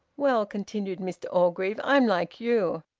well, continued mr orgreave, i'm like you.